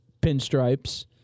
pinstripes